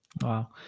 Wow